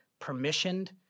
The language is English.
permissioned